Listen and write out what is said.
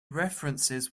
references